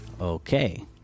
Okay